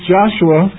Joshua